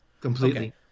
Completely